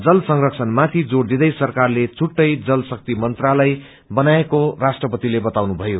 जल संरक्षण माथि जोर दिँदै सरकारले छुट्टै जल शक्ति मंत्रालय बनाएको राष्ट्रपतिले बताउनुभयो